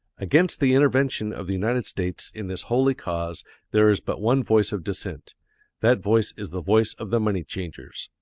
against the intervention of the united states in this holy cause there is but one voice of dissent that voice is the voice of the money-changers.